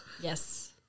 Yes